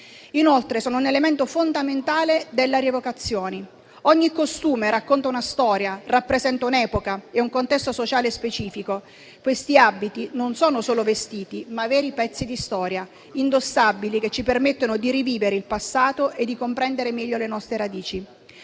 Inoltre, sono un elemento fondamentale delle rievocazioni. Ogni costume racconta una storia e rappresenta un'epoca e un contesto sociale specifico. Questi abiti non sono solo vestiti, ma veri pezzi di storia indossabili, che ci permettono di rivivere il passato e di comprendere meglio le nostre radici.